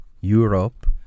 Europe